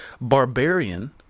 Barbarian